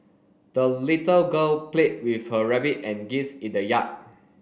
the little girl played with her rabbit and geese in the yard